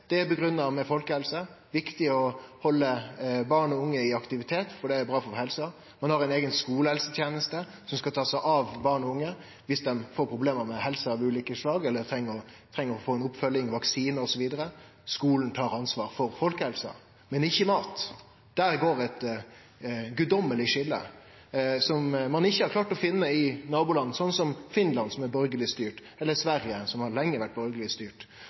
det er grunngitt med folkehelse – det er viktig å halde barn og unge i aktivitet, for det er bra for helsa. Ein har ein eigen skulehelseteneste som skal ta seg av barn og unge dersom dei får ulike problem med helsa eller treng oppfølging, vaksine osv. Skulen tar ansvar for folkehelse – men ikkje for mat. Der går eit guddommeleg skilje som ein ikkje har klart å finne i naboland som Finland, som er borgarleg styrt, eller Sverige, som lenge har vore borgarleg styrt.